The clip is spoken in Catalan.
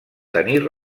tenir